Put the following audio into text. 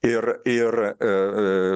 ir ir